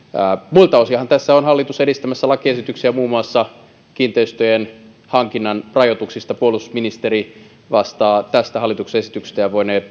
muilta osinhan tässä on hallitus edistämässä lakiesityksiä muun muassa kiinteistöjen hankinnan rajoituksista puolustusministeri vastaa tästä hallituksen esityksestä ja voinee